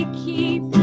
keep